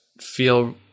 feel